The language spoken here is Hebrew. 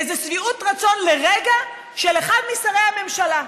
איזו שביעת רצון לרגע של אחד משרי הממשלה.